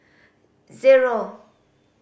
zero